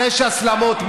שש הסלמות,